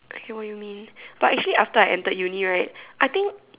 okay what you mean but actually after I entered uni right I think